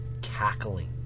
cackling